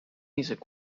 music